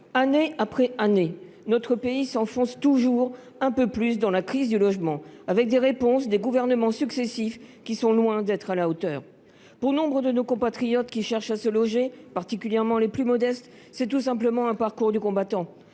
qu’année après année notre pays s’enfonce toujours un peu plus dans la crise du logement, les réponses des gouvernements successifs étant loin d’être à la hauteur. Pour nombre de nos compatriotes qui cherchent à se loger, particulièrement les plus modestes, c’est tout simplement un parcours du combattant